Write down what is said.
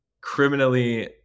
criminally